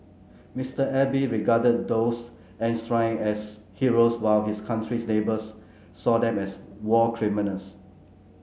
Mr Abe regarded those enshrined as heroes while his country's neighbours saw them as war criminals